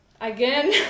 again